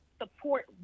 support